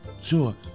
Sure